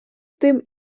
тим